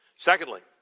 Secondly